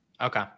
Okay